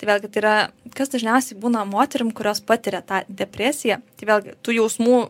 tai vėlgi tai yra kas dažniausiai būna moterim kurios patiria tą depresiją tai vėlgi tų jausmų